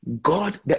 God